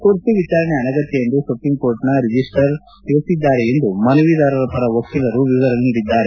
ತುರ್ತು ವಿಚಾರಣೆ ಅನಗತ್ತ ಎಂದು ಸುಪ್ರೀಂ ಕೋರ್ಟ್ನ ರಿಜಿಸ್ಟಿ ತಿಳಿಸಿದ್ದಾರೆ ಎಂದು ಮನವಿದಾರರ ಪರ ವಕೀಲರು ವಿವರ ನೀಡಿದ್ದಾರೆ